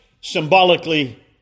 symbolically